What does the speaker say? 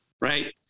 right